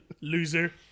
Loser